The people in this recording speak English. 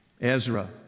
Ezra